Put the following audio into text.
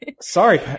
sorry